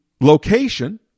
location